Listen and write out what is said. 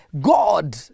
God